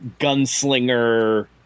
gunslinger